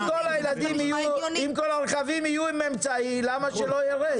אם כל הרכבים יהיו עם אמצעי למה שזה לא יירד?